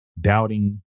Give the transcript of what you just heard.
doubting